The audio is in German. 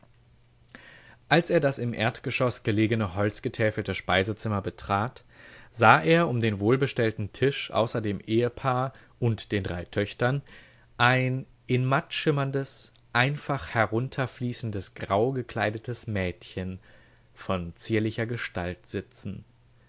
als er das im erdgeschoß gelegene holzgetäfelte speisezimmer betrat sah er um den wohlbestellten tisch außer dem ehepaar und den drei töchtern ein in mattschimmerndes einfach herunterfließendes grau gekleidetes mädchen von zierlicher gestalt sitzen